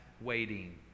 waiting